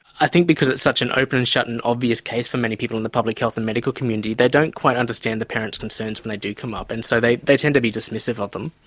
i think because it's such an open and shut and obvious case for many people in the public health and medical community, they don't quite understand the parents' concerns when they do come up and so they they tend to be dismissive of them.